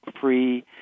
free